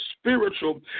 spiritual